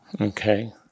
Okay